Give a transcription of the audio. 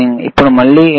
ఇప్పుడు మళ్ళీ ఏమిటి